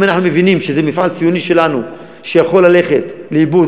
אם אנחנו מבינים שזה המפעל הציוני שלנו שיכול ללכת לאיבוד,